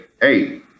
hey